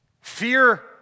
Fear